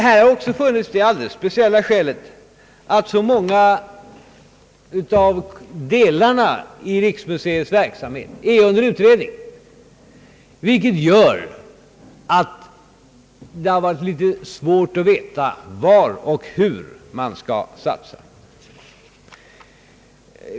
Här har också funnits det alldeles speciella skälet att så många av delarna i riksmuseets verksamhet är under utredning, vilket gör att det har varit litet svårt att veta var och hur man skall satsa.